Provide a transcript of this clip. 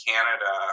Canada